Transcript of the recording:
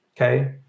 okay